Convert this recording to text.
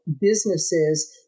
businesses